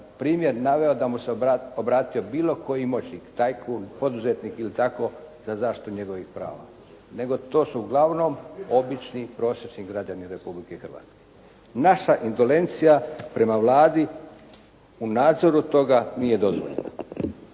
primjer naveo da mu se obratio bilo koji moćnik, tajkun, poduzetnik ili tako za zaštitu njegovih prava, nego to su uglavnom obični prosječni građani Republike Hrvatske. Naša indolencija prema Vladi u nadzoru toga nije dozvoljena,